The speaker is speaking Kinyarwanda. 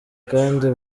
kandi